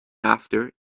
after